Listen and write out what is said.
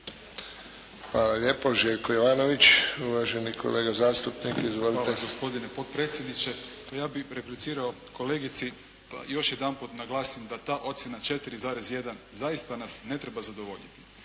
Hvala lijepo. Željko Jovanović, uvaženi kolega zastupnik. Izvolite. **Jovanović, Željko (SDP)** Hvala gospodine potpredsjedniče. Ja bih replicirao kolegici, da još jedanput naglasim da ta ocjena 4,1 zaista nas ne treba zadovoljiti.